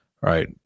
right